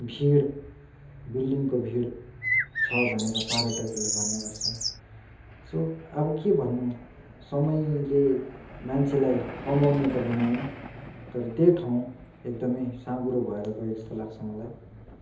भिड बिल्डिङको भिड छ भनेर पर्यटकहरूले भन्ने गर्छ सो अब के भन्नु समयले मान्छेलाई कमाउने त बनायो तर त्यही ठाउँ एकदमै साँघुरो भएर गएको जस्तो लाग्छ मलाई